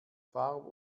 farb